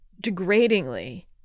degradingly